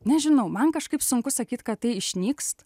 nežinau man kažkaip sunku sakyt kad tai išnykst